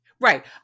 right